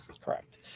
Correct